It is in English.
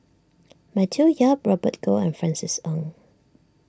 Matthew Yap Robert Goh and Francis Ng